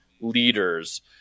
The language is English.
leaders